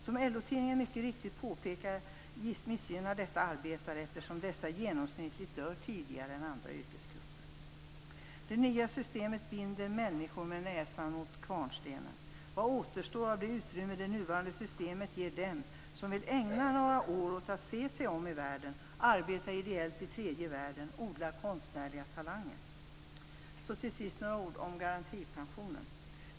Som LO-tidningen mycket riktigt påpekar missgynnar detta arbetare eftersom dessa genomsnittligt dör tidigare än andra yrkesgrupper. Det nya systemet binder människor med näsan mot kvarnstenen. Vad återstår av det utrymme det nuvarande systemet ger dem som vill ägna några år åt att se sig om i världen, arbeta ideellt i tredje världen eller odla konstnärliga talanger? Så till sist några ord om garantipensionen.